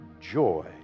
joy